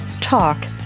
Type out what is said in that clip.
talk